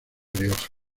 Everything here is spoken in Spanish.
rioja